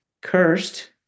cursed